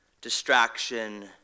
distraction